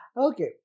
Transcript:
okay